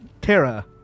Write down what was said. Terra